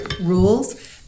rules